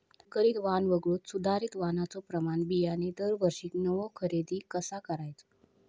संकरित वाण वगळुक सुधारित वाणाचो प्रमाण बियाणे दरवर्षीक नवो खरेदी कसा करायचो?